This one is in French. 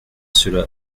cela